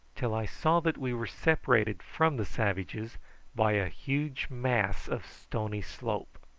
till i saw that we were separated from the savages by a huge mass of stony slope.